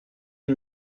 une